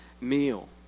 meal